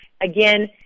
again